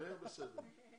מהר, בסדר.